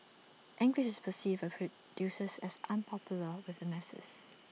English is perceived by producers as unpopular with the masses